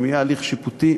אם יהיה הליך שיפוטי,